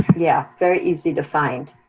yeah, very easy to find.